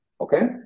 Okay